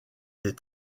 des